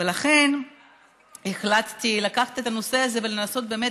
ולכן החלטתי לקחת את הנושא הזה ולנסות באמת